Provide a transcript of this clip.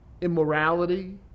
immorality